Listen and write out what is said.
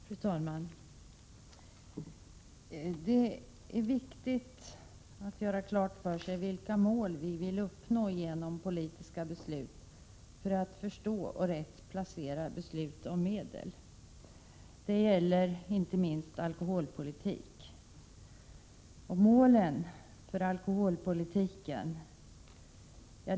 Fru talman! Det är viktigt att göra klart för sig vilka mål vi vill uppnå genom politiska beslut för att förstå och rätt placera beslut om medel. Det gäller inte minst inom alkoholpolitiken.